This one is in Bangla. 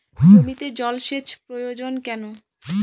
জমিতে জল সেচ প্রয়োজন কেন?